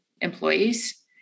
employees